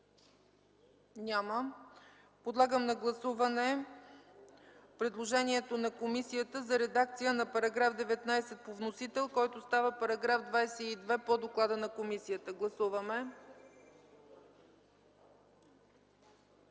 Няма. Подлагам на гласуване предложението на комисията за редакция на § 19 по вносител, който става § 22, по доклада на комисията. Гласували